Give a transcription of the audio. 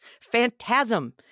Phantasm